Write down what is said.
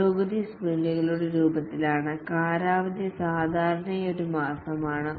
പുരോഗതി സ്പ്രിന്റുകളുടെ രൂപത്തിലാണ് കാലാവധി സാധാരണയായി ഒരു മാസമാണ്